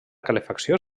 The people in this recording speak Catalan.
calefacció